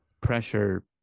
pressure